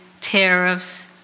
tariffs